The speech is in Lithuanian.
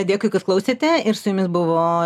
dėkui kad klausėte ir su jumis buvo